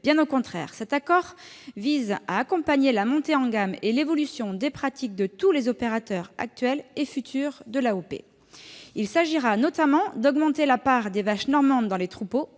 Bien au contraire, cet accord vise à accompagner la montée en gamme et l'évolution des pratiques de tous les opérateurs, actuels et futurs, de l'AOP. Il s'agira notamment d'augmenter la part des vaches normandes dans les troupeaux,